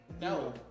No